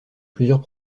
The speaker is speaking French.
plusieurs